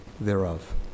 thereof